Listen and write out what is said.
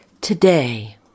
Today